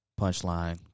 Punchline